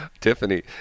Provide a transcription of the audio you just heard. tiffany